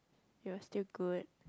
it was still good